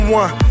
one